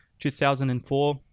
2004